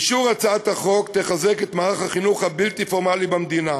אישור הצעת החוק יחזק את מערך החינוך הבלתי-פורמלי במדינה,